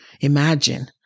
Imagine